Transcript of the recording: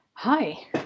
Hi